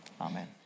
Amen